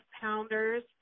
pounders